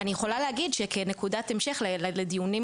אני יכולה להגיד שכנקודת המשך לדיונים,